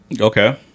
Okay